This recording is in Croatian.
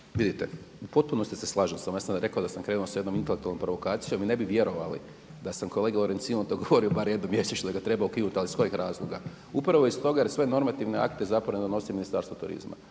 vidite, potpuno se slažem s vama. Ja sam rekao da sam krenuo s jednom intelektualnom provokacijom i ne bi vjerovali da sam kolegi Lorencinu govorio bar jednom mjesečno da ga treba ukinuti, ali iz kojeg razloga. Upravo iz toga jer sve normativne akte zapravo ne donosi Ministarstvo turizma.